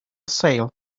sale